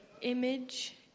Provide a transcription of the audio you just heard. image